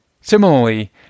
Similarly